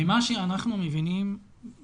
ממה שאנחנו מבינים,